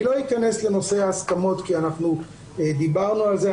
אני לא אכנס לנושא ההסכמות כי דיברנו על זה.